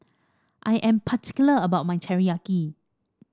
I am particular about my Teriyaki